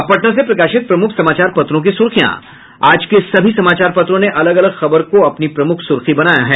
अब पटना से प्रकाशित प्रमुख समाचार पत्रों की सुर्खियां आज के सभी समाचार पत्रों ने अलग अलग खबर को अपनी प्रमुख सुर्खी बनायी है